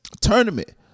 tournament